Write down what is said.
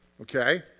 Okay